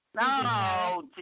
No